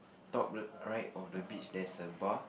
top le~ right of the beach there is a bar